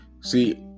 See